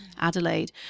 adelaide